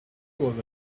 was